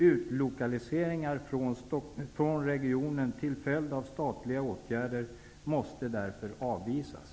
Utlokaliseringar från regionen till följd av statliga åtgärder måste därför avvisas.